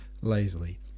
lazily